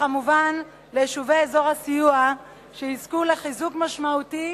וכמובן ליישובי אזור הסיוע, שיזכו לחיזוק משמעותי